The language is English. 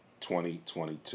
2022